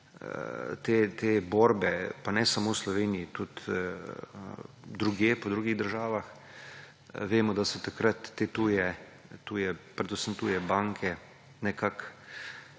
te borbe – pa ne samo v Sloveniji, tudi drugje, po drugih državah. Vemo, da so takrat te tuje, predvsem tuje banke, nekako